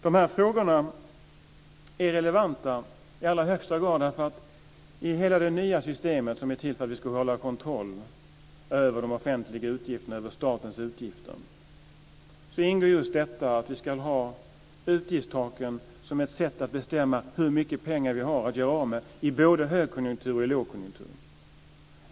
De här frågorna är relevanta i allra högsta grad, därför att i hela det nya systemet, som är till för att vi ska hålla kontroll över de offentliga utgifterna, över statens utgifter, ingår just detta att vi ska ha utgiftstaken som ett sätt att bestämma hur mycket pengar vi har att göra av med i både högkonjunktur och lågkonjunktur.